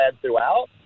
throughout